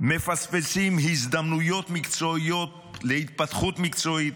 הם מפספסים הזדמנויות מקצועיות להתפתחות מקצועית,